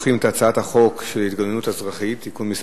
לפיכך אני קובע שהצעת חוק הרשויות המקומיות